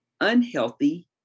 Unhealthy